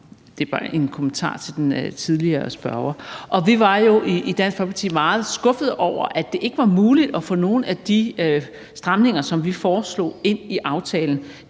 det er bare en kommentar til den tidligere spørger. Vi var jo i Dansk Folkeparti meget skuffede over, at det ikke var muligt at få nogen af de stramninger, som vi foreslog, ind i aftalen.